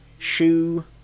Shoe